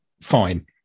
fine